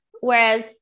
Whereas